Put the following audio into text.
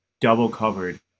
double-covered